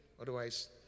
otherwise